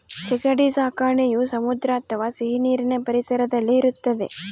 ಸೀಗಡಿ ಸಾಕಣೆಯು ಸಮುದ್ರ ಅಥವಾ ಸಿಹಿನೀರಿನ ಪರಿಸರದಲ್ಲಿ ಇರುತ್ತದೆ